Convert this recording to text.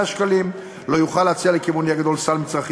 הבור הגדול, וכמו שתיארתי כאן היום מוקדם יותר,